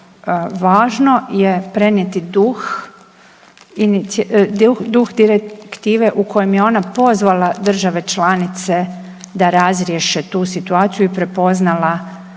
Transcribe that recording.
važno je prenijeti duh direktive u kojem je ona pozvala države članice da razriješe tu situaciju i prepoznala